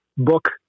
book